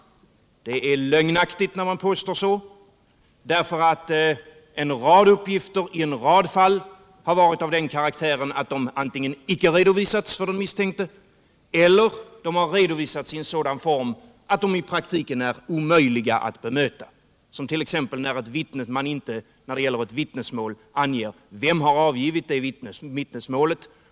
Det är lögnaktigt när man påstår någonting sådant, därför att flera uppgifter i en rad fall har varit av den karaktären att de antingen icke redovisats för den misstänkte eller att de redovisats 149 i en sådan form att de i praktiken varit omöjliga att bemöta. Det gäller t.ex. när man vid ett vittnesmål inte anger vem som har avgivit vittnesmålet.